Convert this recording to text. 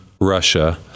Russia